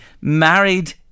married